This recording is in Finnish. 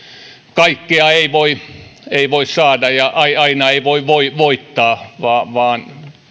kaikkea ei voi ei voi saada ja aina ei voi voi voittaa vaan vaan